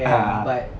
a'ah